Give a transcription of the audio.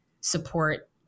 support